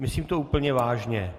Myslím to úplně vážně.